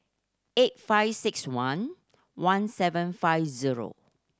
eight five six one one seven five zero